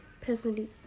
personally